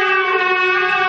יחי, יחי, יחי.